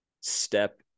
step